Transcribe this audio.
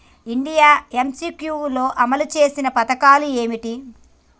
India MCQ లో అమలు చేసిన పథకాలు ఏమిటి?